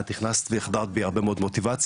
את הכנסת והחדרת בי הרבה מאוד מוטיבציה.